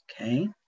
okay